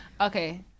Okay